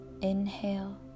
Inhale